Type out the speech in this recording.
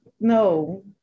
No